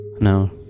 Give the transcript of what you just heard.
No